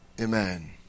Amen